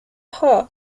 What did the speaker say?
her